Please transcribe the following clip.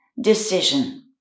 decision